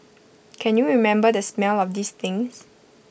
can you remember the smell of these things